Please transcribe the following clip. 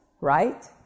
right